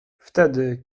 wtedy